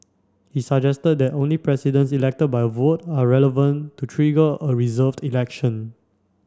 he suggested that only Presidents elected by a vote are relevant to trigger a reserved election